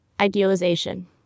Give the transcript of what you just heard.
Idealization